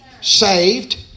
Saved